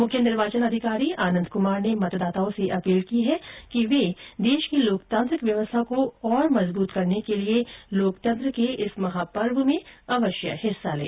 मुख्य निर्वाचन अधिकारी आनन्द कुमार ने मतदाताओं से अपील की है कि वे देश की लोकतांत्रिक व्यवस्था को और मजबूत करने के लिए लोकतंत्र के इस महापर्व में अवश्य हिस्सा लें